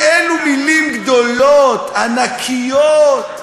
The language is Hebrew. אילו מילים גדולות, ענקיות.